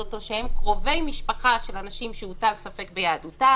זאת אומרת שהם קרובי משפחה של אנשים שהוטל ספק ביהדותם,